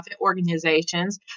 organizations